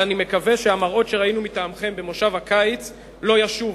אבל אני מקווה שהמראות שראינו מטעמכם במושב הקיץ לא ישובו,